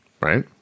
right